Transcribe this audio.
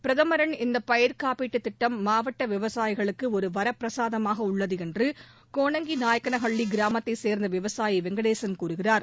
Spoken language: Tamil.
பிரதமரின் இந்த பயிர் காப்பீட்டு திட்டம் மாவட்ட விவசாயிகளுக்கு ஒரு வரப்பிரசாதமாக உள்ளது என்று கோனங்கி நாயக்கனஹள்ளி கிராமத்தைச் சேர்ந்த விவசாயி வெங்கடேசன் கூறுகிறார்